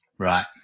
Right